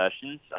sessions